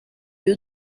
you